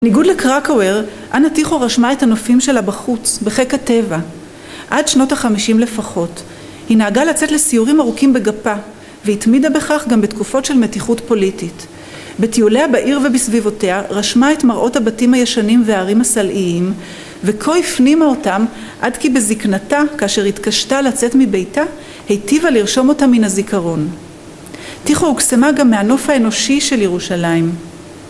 בניגוד לקרקאוור, אנה טיחו רשמה את הנופים שלה בחוץ, בחיק הטבע. עד שנות החמישים לפחות, היא נהגה לצאת לסיורים ארוכים בגפה, והתמידה בכך גם בתקופות של מתיחות פוליטית. בטיוליה בעיר ובסביבותיה, רשמה את מראות הבתים הישנים וההרים הסלעיים, וכה הפנימה אותם, עד כי בזקנתה, כאשר התקשתה לצאת מביתה, היטיבה לרשום אותה מן הזיכרון. טיחו הוקסמה גם מהנוף האנושי של ירושלים...